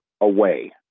away